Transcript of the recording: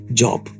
job